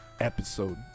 episode